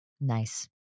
Nice